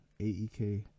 AEK